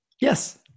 Yes